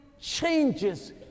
changes